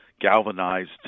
galvanized